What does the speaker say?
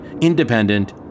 independent